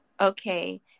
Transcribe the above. okay